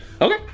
Okay